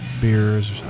beers